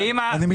אם